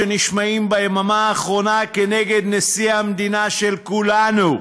שנשמעים ביממה האחרונה כנגד נשיא המדינה של כולנו.